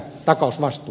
epäilen suuresti